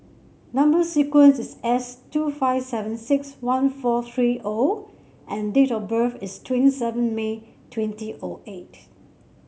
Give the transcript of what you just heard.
number sequence is S two five seven six one four three O and date of birth is twenty seven May twenty O eight